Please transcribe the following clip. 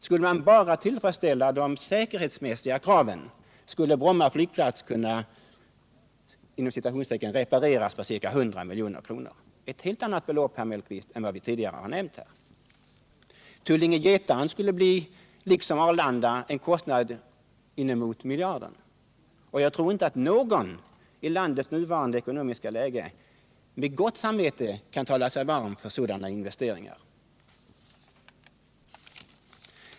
Skulle man bara tillfredsställa de säkerhetsmässiga kraven, = skulle Bromma flygplats kunna ”repareras” för ca 100 milj.kr. Det är — Flygplatsfrågan i ett helt annat belopp än vad som tidigare nämnts här i debatten. Tul = Stockholmsregiolinge/Getaren skulle liksom Arlanda dra en kostnad på inemot 1 miljard. — nen Jag tror inte att någon i landets nuvarande ekonomiska läge med gott samvete kan tala sig varm för sådana investeringar.